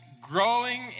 growing